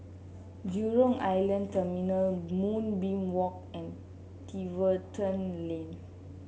Jurong Island Terminal Moonbeam Walk and Tiverton Lane